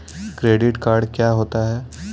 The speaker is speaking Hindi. क्रेडिट कार्ड क्या होता है?